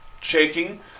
shaking